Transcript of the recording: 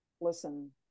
listen